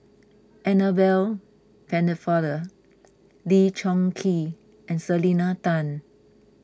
Annabel Pennefather Lee Choon Kee and Selena Tan